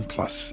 Plus